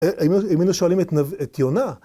אם היינו שואלים את יונה